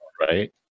Right